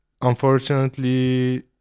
unfortunately